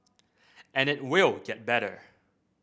and it will get better